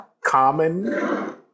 common